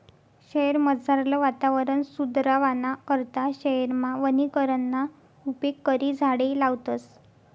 शयेरमझारलं वातावरण सुदरावाना करता शयेरमा वनीकरणना उपेग करी झाडें लावतस